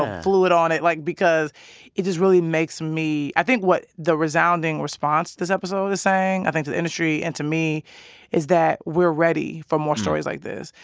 fluid on it, like, because it just really makes me i think what the resounding response this episode is saying i think to the industry and to me is that we're ready for more stories like this.